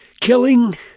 killing